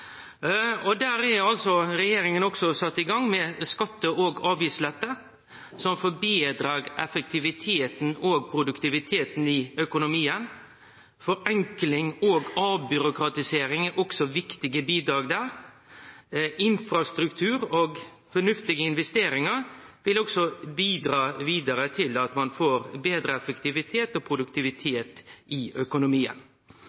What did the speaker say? og storting kan òg bidra med ein økonomisk politikk som verkar positivt. Regjeringa har sett i gang med skatte- og avgiftslette som betrar effektiviteten og produktiviteten i økonomien. Forenkling og avbyråkratisering er òg viktige bidrag der. Infrastruktur og fornuftige investeringar vil òg bidra vidare til at ein får betre effektivitet og